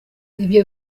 ibyo